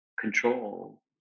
control